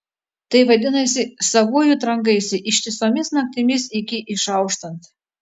tai vadinasi savuoju trankaisi ištisomis naktimis iki išauštant